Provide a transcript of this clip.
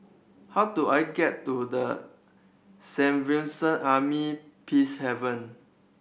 how do I get to The Army Peacehaven